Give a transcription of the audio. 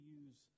use